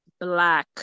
black